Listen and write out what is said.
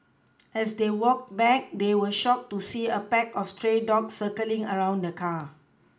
as they walked back they were shocked to see a pack of stray dogs circling around the car